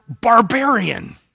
barbarian